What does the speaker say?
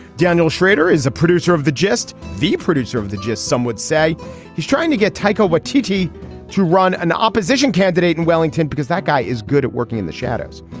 daniel schrader is a producer of the gist. the producer of the gist some would say he's trying to get tycho what tv to run. an opposition candidate in wellington because that guy is good at working in the shadows.